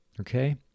okay